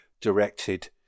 directed